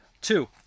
Two